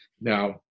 Now